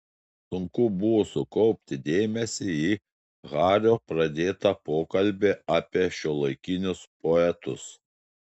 sunku buvo sukaupti dėmesį į hario pradėtą pokalbį apie šiuolaikinius poetus